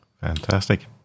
Fantastic